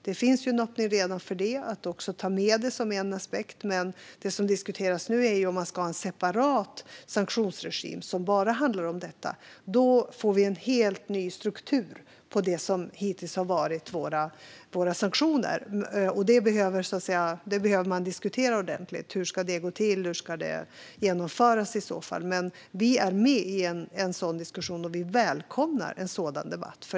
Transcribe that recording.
Det finns redan en öppning för att ta med det som en aspekt, men det som nu diskuteras är om man ska en separat sanktionsregim som bara handlar om detta. Då får vi en helt ny struktur på det som hittills har varit våra sanktioner. Hur det ska gå till och hur det ska genomföras behöver man diskutera ordentligt. Vi är med i en sådan diskussion och välkomnar en sådan debatt.